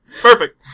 Perfect